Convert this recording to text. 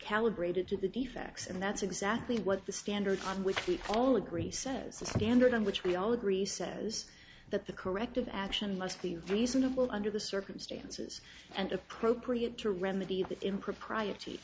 calibrated to the facts and that's exactly what the standard on which we all agree says the standard on which we all agree says that the corrective action must be reasonable under the circumstances and appropriate to remedy the impropriet